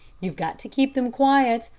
you've got to keep them quiet,